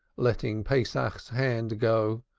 letting pesach's hand go,